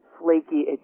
flaky